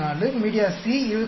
4 media C 22